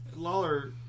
Lawler